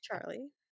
Charlie